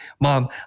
mom